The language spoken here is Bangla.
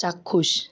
চাক্ষুষ